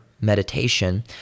meditation